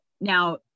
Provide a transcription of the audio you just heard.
now